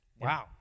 Wow